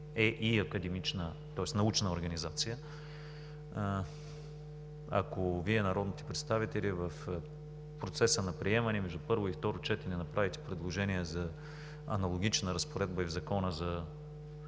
и хидрология е и научна организация, ако Вие народните представители в процеса на приемане между първо и второ четене направите предложение за аналогична разпоредба и в Закона за